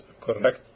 correct